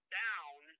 down